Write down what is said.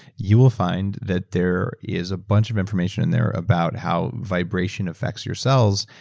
you will find that there is a bunch of information there about how vibration affects your cells,